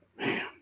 Man